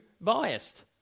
biased